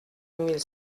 mille